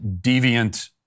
deviant